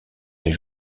des